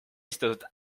esitatud